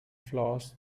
flows